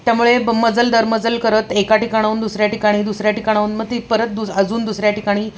त्यामुळे ब मजल दरमजल करत एका ठिकाणाहून दुसऱ्या ठिकाणी दुसऱ्या ठिकाणाहून मग ती परत दुस अजून दुसऱ्या ठिकाणी